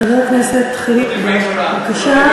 חבר הכנסת חיליק בר, בבקשה.